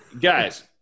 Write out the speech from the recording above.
guys